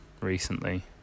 recently